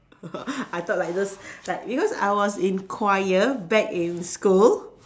I thought like those like because I was in choir back in school